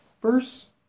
first